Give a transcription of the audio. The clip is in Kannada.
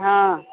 ಹಾಂ